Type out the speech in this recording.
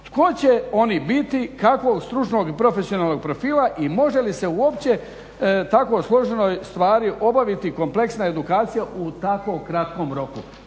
tko će oni biti, kakvog stručnog i profesionalnog profila i može li se uopće o tako složenoj stvari obaviti kompleksna edukacija u tako kratkom roku.